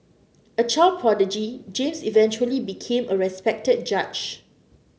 a child prodigy James eventually became a respected judge